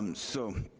and so,